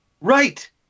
Right